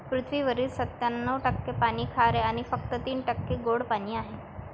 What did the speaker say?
पृथ्वीवरील सत्त्याण्णव टक्के पाणी खारे आणि फक्त तीन टक्के गोडे पाणी आहे